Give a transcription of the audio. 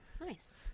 Nice